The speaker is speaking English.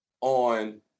on